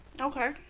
Okay